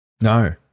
No